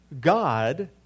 God